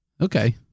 Okay